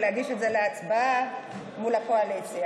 ולהגיש את זה להצבעה מול הקואליציה.